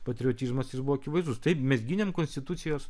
patriotizmas jis buvo akivaizdus taip mes gynėm konstitucijos